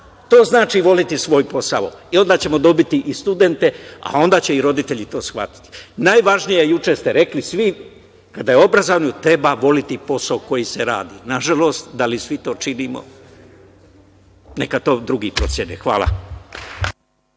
To znači voleti svoj posao. Onda ćemo dobiti i studente, a onda će i roditelji to shvatiti. Najvažnije je, juče ste rekli sve, kada je obrazovanje u pitanju, treba voleti posao koji se radi. Nažalost, da li svi to činimo, neka to drugi procene. Hvala.